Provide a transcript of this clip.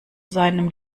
seinem